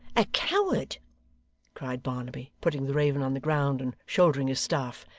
a coward cried barnaby, putting the raven on the ground, and shouldering his staff.